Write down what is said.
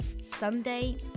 Sunday